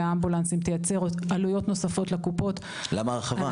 האמבולנסים תייצר עלויות נוספות לקופות --- למה הרחבה?